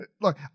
look